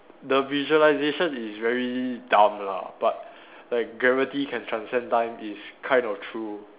the visualisation is very dumb lah but like gravity can transcend time is kind of true